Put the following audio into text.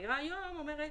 האמירה היום אומרת,